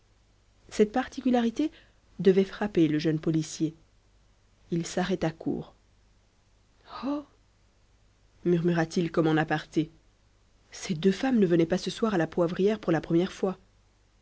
cette particularité devait frapper le jeune policier il s'arrêta court oh murmura-t-il comme en aparté ces deux femmes ne venaient pas ce soir à la poivrière pour la première fois